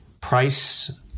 price